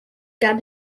gab